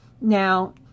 Now